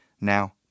Now